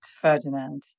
Ferdinand